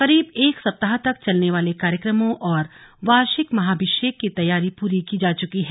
करीब एक सप्ताह तक चलने वाले कार्यक्रमों व वार्षिक महाभिषेक की तैयारियां पूरी की जा चुकी हैं